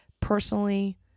Personally